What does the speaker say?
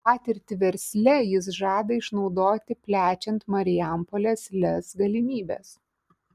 patirtį versle jis žada išnaudoti plečiant marijampolės lez galimybes